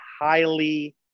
highly